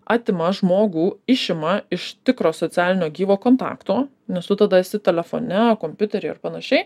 atima žmogų išima iš tikro socialinio gyvo kontakto nes tu tada esi telefone kompiuteryje ir panašiai